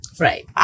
right